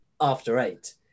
after-eight